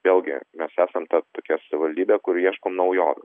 vėlgi mes esam ta tokia savivaldybė kur ieškom naujovių